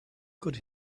could